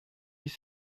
dix